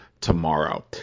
tomorrow